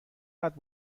قدر